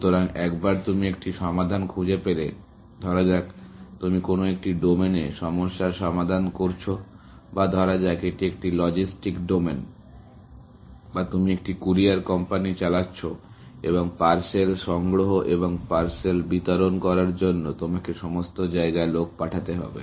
সুতরাং একবার তুমি একটি সমাধান খুঁজে পেলে ধরা যাক তুমি কোনো একটি ডোমেনে সমস্যার সমাধান করছো বা ধরা যাক এটি একটি লজিস্টিক ডোমেন বা তুমি একটি কুরিয়ার কোম্পানি চালাচ্ছো এবং পার্সেল সংগ্রহ এবং পার্সেল বিতরণ করার জন্য তোমাকে সমস্ত জায়গায় লোক পাঠাতে হবে